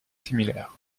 similaires